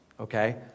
okay